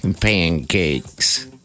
Pancakes